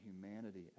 humanity